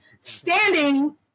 standing